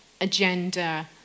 agenda